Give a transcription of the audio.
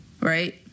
right